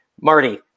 Marty